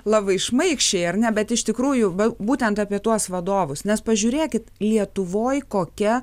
labai šmaikščiai ar ne bet iš tikrųjų va būtent apie tuos vadovus nes pažiūrėkit lietuvoj kokia